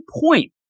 point